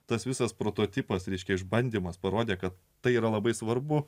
tas visas prototipas reiškia išbandymas parodė kad tai yra labai svarbu